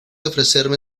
ofrecerme